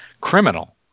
criminal